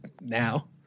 now